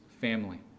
family